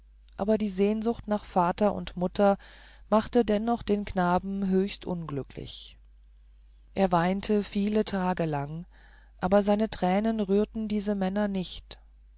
aber die sehnsucht nach vater und mutter machte dennoch den knaben höchst unglücklich er weinte viele tage lang aber seine tränen rührten diese männer nicht